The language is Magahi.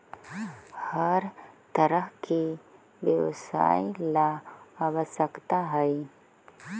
हर तरह के व्यवसाय ला आवश्यक हई